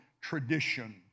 tradition